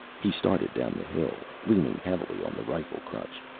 he started down the hill, leaning heavily on the rifle-crutch.